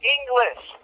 English